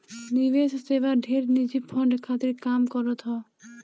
निवेश सेवा ढेर निजी फंड खातिर काम करत हअ